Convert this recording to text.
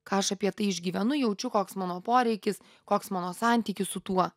ką aš apie tai išgyvenu jaučiu koks mano poreikis koks mano santykis su tuo